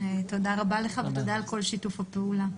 תודה רבה לך, ותודה על כל שיתוף הפעולה.